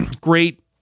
great